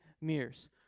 mirrors